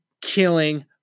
killing